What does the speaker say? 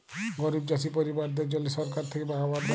গরিব চাষী পরিবারদ্যাদের জল্যে সরকার থেক্যে খাবার দ্যায়